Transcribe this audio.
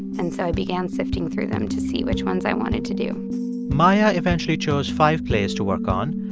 and so i began sifting through them to see which ones i wanted to do maia eventually chose five plays to work on.